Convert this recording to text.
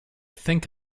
think